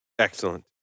Excellent